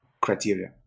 criteria